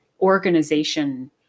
organization